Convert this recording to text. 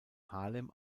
harlem